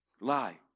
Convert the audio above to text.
Lie